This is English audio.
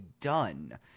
done